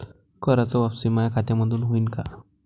कराच वापसी माया खात्यामंधून होईन का?